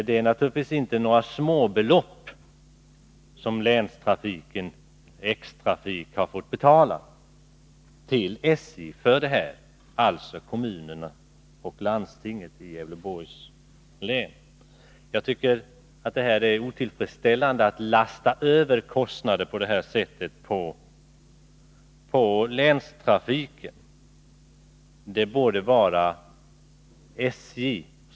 Det är naturligtvis inte några småbelopp som X-trafik, alltså kommunerna och landstinget i Gävleborgs län, har fått betala till SJ för det här. Jag tycker att det är otillfredsställande att lasta över kostnader på länstrafiken på det sättet.